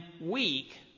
weak